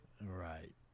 Right